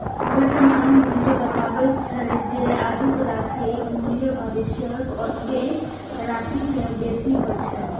वर्तमान मूल्य बतबै छै, जे आजुक राशिक मूल्य भविष्यक ओतबे राशि सं बेसी होइ छै